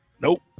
Nope